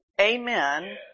amen